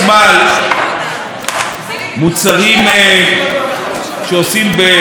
מוצרים שעושים שימוש באנרגיה,